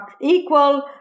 equal